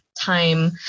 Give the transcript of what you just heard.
time